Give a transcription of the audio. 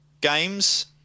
games